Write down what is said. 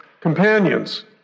companions